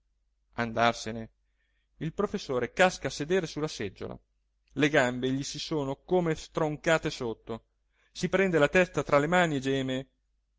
andarsene il professore casca a sedere su la seggiola le gambe gli si sono come stroncate sotto si prende la testa tra le mani e geme